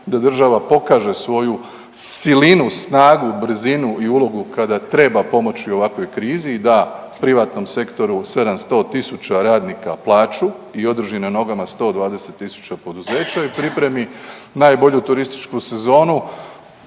da država pokaže svoju silinu, snagu, brzinu i ulogu kada treba pomoći u ovakvoj krizi i da privatnom sektoru 700 tisuća radnika plaću i održi na nogama 120 000 poduzeća i pripremi najbolju turističku sezonu